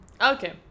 Okay